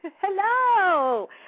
Hello